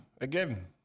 again